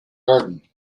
garden